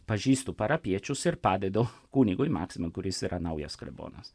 pažįstu parapijiečius ir padedu kunigui maksimui kuris yra naujas klebonas